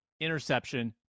interception